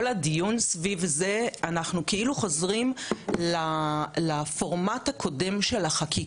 כל הדיון סביב זה אנחנו כאילו חוזרים לפורמט הקודם של החקיקה,